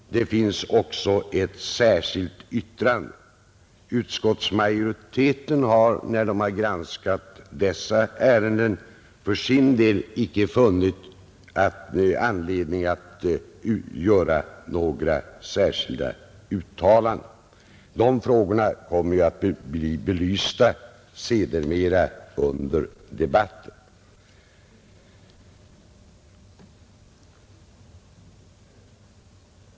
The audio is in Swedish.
Dessutom finns det ett särskilt yttrande, Utskottsmajoriteten har när utskottet granskat dessa ärenden för sin del icke funnit anledning att göra några särskilda uttalanden, Dessa frågor kommer att bli belysta senare under debatten.